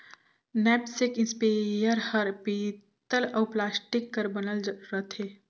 knapsack spare हर पीतल अउ प्लास्टिक कर बनल रथे